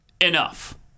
Enough